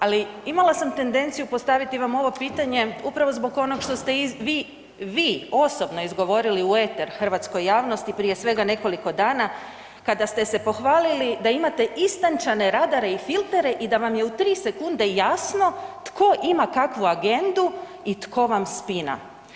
Ali imala sam tendenciju postaviti vam ovo pitanje upravo zbog onog što ste vi, vi osobno izgovorili u eter hrvatskoj javnosti prije svega nekoliko dana, kada ste se pohvalili da imate istančane radare i filtere i da vam je u 3 sekunde jasno tko ima kakvu agendu i tko vam spina.